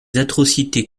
atrocités